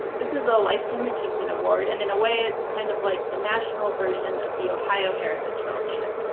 this is a lifetime achievement award, and in a way, it's kind of like the national version of the ohio heritage fellowship.